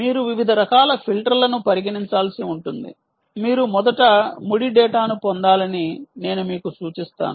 మీరు వివిధ రకాల ఫిల్టర్లను పరిగణించాల్సి ఉంటుంది మీరు మొదట ముడి డేటాను పొందాలని నేను మీకు సూచిస్తాను